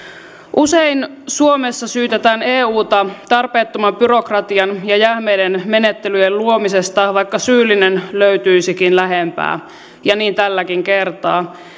usein suomessa syytetään euta tarpeettoman byrokratian ja jähmeiden menettelyjen luomisesta vaikka syyllinen löytyisikin lähempää ja niin tälläkin kertaa